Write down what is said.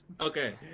Okay